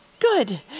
Good